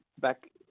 back